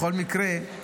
בכל מקרה,